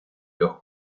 los